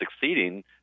succeeding